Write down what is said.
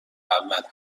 اول